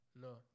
no